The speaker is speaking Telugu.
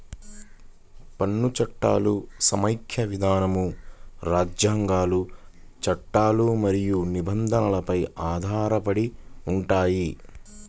పన్ను చట్టాలు సమాఖ్య విధానం, రాజ్యాంగాలు, చట్టాలు మరియు నిబంధనలపై ఆధారపడి ఉంటాయి